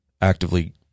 actively